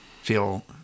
feel